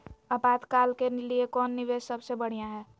आपातकाल के लिए कौन निवेस सबसे बढ़िया है?